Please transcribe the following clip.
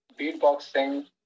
beatboxing